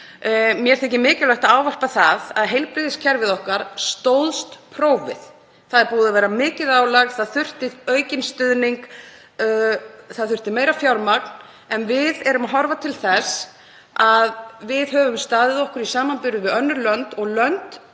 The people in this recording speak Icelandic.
Mér þykir mikilvægt að horfa á það að heilbrigðiskerfið okkar stóðst prófið. Það er búið að vera mikið álag, það þurfti aukinn stuðning, það þurfti meira fjármagn en við horfum til þess að við höfum staðið okkur vel í samanburði við önnur lönd, og lönd